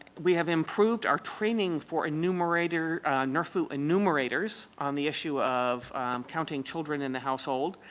we have improved our training for enumerator nrfu enumerators on the issue of counting children in the household.